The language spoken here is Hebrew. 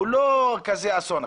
זה לא כזה אסון.